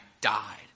died